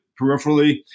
peripherally